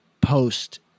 post